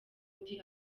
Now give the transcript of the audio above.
undi